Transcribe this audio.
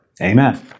Amen